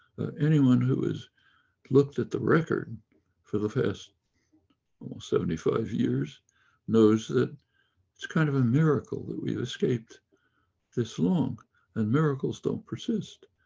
anyone who is looked at the record for the past almost seventy five years knows that it's kind of a miracle that we escaped this long and miracles don't persist.